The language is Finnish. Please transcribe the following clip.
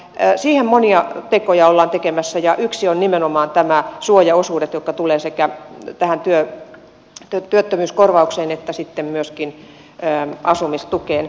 siihen monia tekoja ollaan tekemässä ja yksi on nimenomaan nämä suojaosuudet jotka tulevat sekä tähän työttömyyskorvaukseen että sitten myöskin asumistukeen